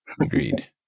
Agreed